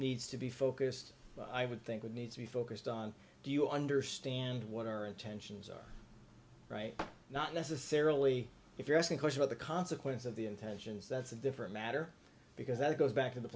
needs to be focused i would think would need to be focused on do you understand what our are intentions right not necessarily if you're asking question of the consequence of the intentions that's a different matter because that goes back to the